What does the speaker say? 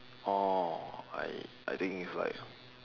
orh I I think it's like